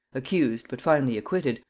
accused, but finally acquitted,